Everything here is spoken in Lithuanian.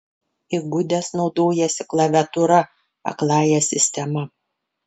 įgudęs naudojasi klaviatūra akląja sistema